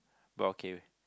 but okay